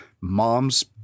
mom's